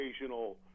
occasional